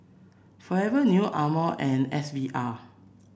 Forever New Amore and S V R